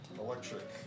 Electric